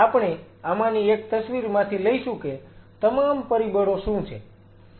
આપણે આમાંની એક તસવીરમાંથી લઈશું કે તમામ પરિબળો શું છે